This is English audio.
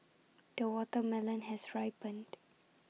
the watermelon has ripened